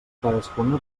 cadascuna